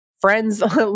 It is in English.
friends